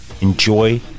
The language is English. enjoy